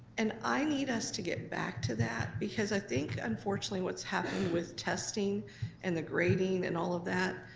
and i need us to get back to that, because i think unfortunately what's happened with testing and the grading and all of that,